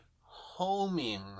homing